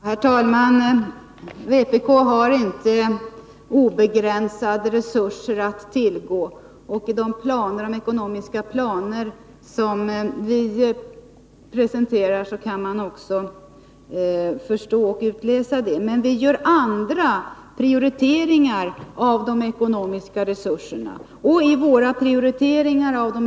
Herr talman! Vpk anser inte att de resurser som finns att tillgå är obegränsade. Den som läser våra ekonomiska planer inser det. Däremot gör vi andra prioriteringar av de ekonomiska resurser som finns.